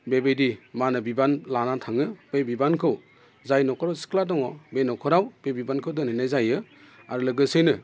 बेबायदि मा होनो बिबान लानानै थाङो बे बिबानखौ जाय न'खराव सिख्ला दङ बे न'खराव बे बिबानखौ दोनहैनाय जायो आरो लोगोसेयैनो